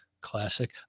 Classic